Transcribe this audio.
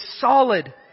solid